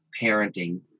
parenting